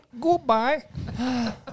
goodbye